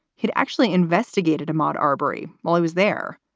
he'd actually investigated a marberry while i was there.